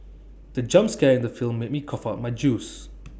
the jump scare in the film made me cough out my juice